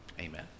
amen